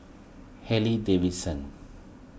Harley Davidson